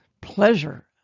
pleasure